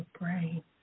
brain